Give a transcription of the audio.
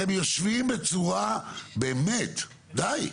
אתם יושבים בצורה, באמת, די.